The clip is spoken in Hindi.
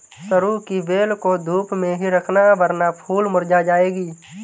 सरू की बेल को धूप में ही रखना वरना फूल मुरझा जाएगी